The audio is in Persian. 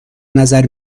نظر